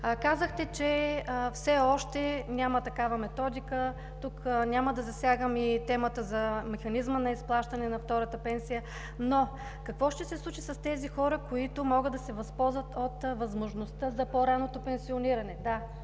Казахте, че все още няма такава методика. Тук няма да засягам и темата за механизма на изплащане на втората пенсия, но какво ще се случи с тези хора, които могат да се възползват от възможността за по-ранното пенсиониране?